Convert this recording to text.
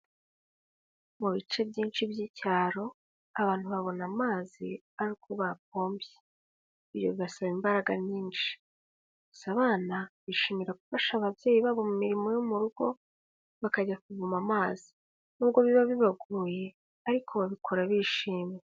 Mubice byinshi by'icyaro abantu babona amazi ari uko bapompye, ibyo bigasaba imbaraga nyinshi, gusa abana bishimira gufasha ababyeyi babo mu mirimo yo mu rugo bakajya kuvoma amazi, nubwo biba bibagoye ariko babikora bishimye.